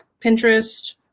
Pinterest